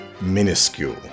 minuscule